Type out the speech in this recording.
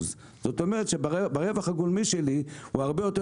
זאת אומרת שהרווח הגולמי שלי הוא הרבה יותר